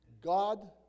God